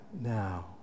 now